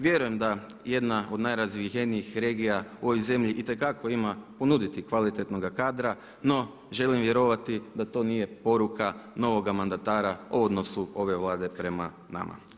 Vjerujem da jedna od najrazvijenijih regija u ovoj zemlji itekako ima ponuditi kvalitetnoga kadra, no želim vjerovati da to nije poruka novoga mandatara o odnosu ove Vlade prema nama.